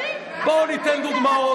איזה חמוצים, בואו ניתן דוגמאות.